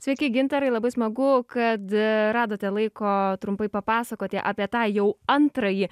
sveiki gintarai labai smagu kad radote laiko trumpai papasakoti apie tą jau antrąjį